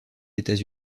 états